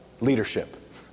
leadership